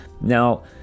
Now